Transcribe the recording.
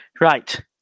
right